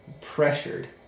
pressured